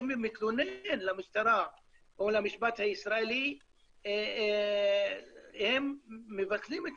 ומתלונן למשטרה או למשפט הישראלי הם מבטלים את